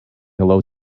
hello